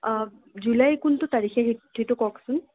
July কোনটো তাৰিখে সেইটো কওকচোন